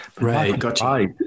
Right